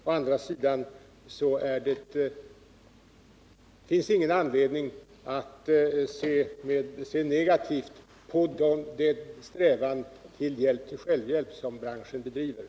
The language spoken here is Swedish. Å andra sidan finns det inte heller någon anledning att se negativt på den strävan till hjälp till självhjälp som finns inom branschen.